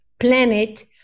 planet